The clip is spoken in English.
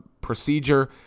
procedure